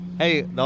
Hey